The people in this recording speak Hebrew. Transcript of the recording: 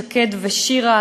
שקד ושירה,